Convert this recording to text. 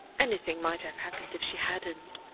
anything might have happened if she hadn't.